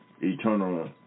eternal